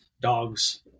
Dogs